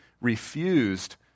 refused